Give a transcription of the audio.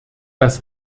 das